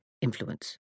influence